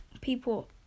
people